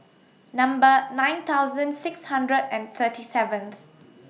Number nine thousand six hundred and thirty seventh